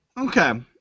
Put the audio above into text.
okay